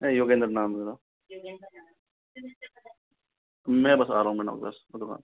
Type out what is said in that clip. योगेंद्र नाम है मेरा मैं बस आ रहा हूँ मैडम आपके पास दुकान पर